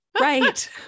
Right